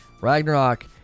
Ragnarok